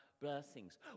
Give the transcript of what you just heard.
blessings